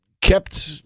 kept